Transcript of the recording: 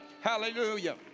Hallelujah